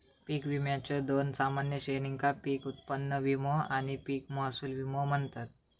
पीक विम्याच्यो दोन सामान्य श्रेणींका पीक उत्पन्न विमो आणि पीक महसूल विमो म्हणतत